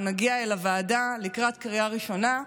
אנחנו נגיע אל הוועדה לקראת קריאה ראשונה,